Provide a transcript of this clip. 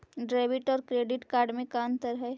Debit और credit card में का अंतर है?